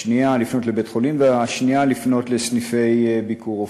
והשנייה, לפנות לסניפי "ביקורופא".